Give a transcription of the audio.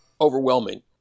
overwhelming